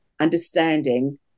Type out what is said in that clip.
understanding